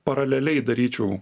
paraleliai daryčiau